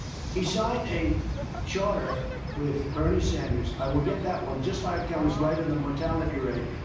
he signed a charter with bernie sanders i will get that one just like i was right on the mortality rate.